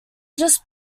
just